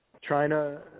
China